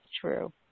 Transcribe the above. true